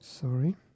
Sorry